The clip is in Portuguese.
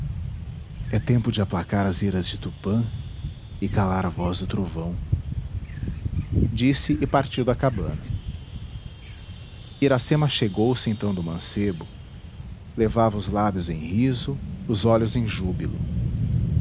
é tempo de aplacar as iras de tupã e calar a voz do trovão disse e partiu da cabana iracema achegou se então do mancebo levava os lábios em riso os olhos em júbilo